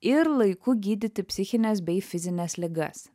ir laiku gydyti psichines bei fizines ligas